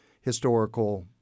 historical